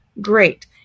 great